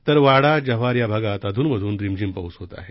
तर वाडा जव्हार या भागांत अधून मधून रिमझिम पाऊस होत आहे